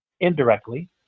indirectly